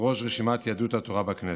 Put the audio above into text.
כראש רשימת יהדות התורה בכנסת.